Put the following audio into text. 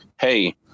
Hey